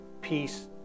peace